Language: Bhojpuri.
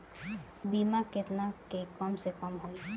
बीमा केतना के कम से कम होई?